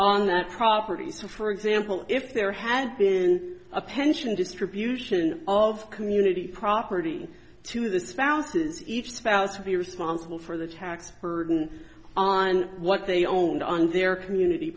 on that property so for example if there had been a pension distribution of community property to the spouses each spouse would be responsible for the tax burden on what they owned on their community